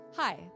Hi